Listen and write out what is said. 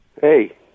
Hey